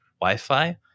Wi-Fi